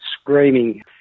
screaming